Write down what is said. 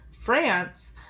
France